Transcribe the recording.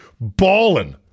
balling